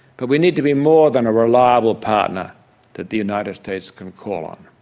but we need to be more than a reliable partner that the united states can call on.